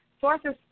Sources